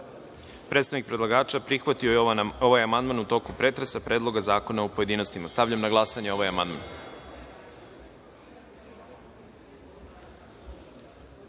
Dveri. Predstavnik predlagača prihvatio je ovaj amandman u toku pretresa Predloga zakona u pojedinostima. Stavljam na glasanje